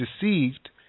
deceived